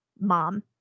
Mom